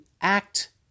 act